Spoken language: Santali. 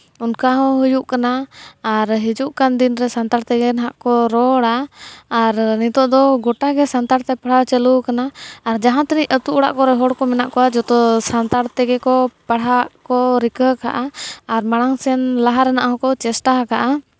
ᱚᱱᱠᱟ ᱦᱚᱸ ᱦᱩᱭᱩᱜ ᱠᱟᱱᱟ ᱟᱨ ᱦᱤᱡᱩᱜ ᱠᱟᱱ ᱫᱤᱱᱨᱮ ᱥᱟᱱᱛᱟᱲ ᱛᱮᱜᱮ ᱱᱟᱦᱟᱜ ᱠᱚ ᱨᱚᱲᱟ ᱟᱨ ᱱᱤᱛᱚᱜ ᱫᱚ ᱜᱚᱴᱟ ᱜᱮ ᱥᱟᱱᱛᱟᱲᱛᱮ ᱯᱟᱲᱦᱟᱣ ᱪᱟᱹᱞᱩ ᱟᱠᱟᱱᱟ ᱟᱨ ᱡᱟᱦᱟᱸ ᱛᱤᱱᱟᱹᱜ ᱟᱹᱛᱩ ᱚᱲᱟᱜ ᱠᱚᱨᱮᱜ ᱦᱚᱲ ᱠᱚ ᱢᱮᱱᱟᱜ ᱠᱚᱣᱟ ᱡᱚᱛᱚ ᱥᱟᱱᱛᱟᱲ ᱛᱮᱜᱮ ᱠᱚ ᱯᱟᱲᱦᱟᱜ ᱠᱚ ᱨᱤᱠᱟᱹ ᱟᱠᱟᱫᱼᱟ ᱟᱨ ᱢᱟᱲᱟᱝ ᱥᱮᱫ ᱞᱟᱦᱟ ᱨᱮᱱᱟᱜ ᱦᱚᱸᱠᱚ ᱪᱮᱥᱴᱟ ᱟᱠᱟᱫᱼᱟ